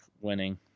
winning